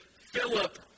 Philip